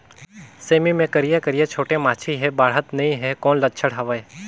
सेमी मे करिया करिया छोटे माछी हे बाढ़त नहीं हे कौन लक्षण हवय?